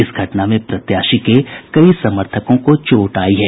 इस घटना में प्रत्याशी के कई समर्थकों को चोट आयी है